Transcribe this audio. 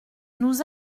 nous